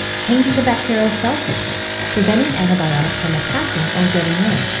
changing the bacterial cell surface, preventing antibiotics from attaching or getting in.